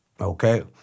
okay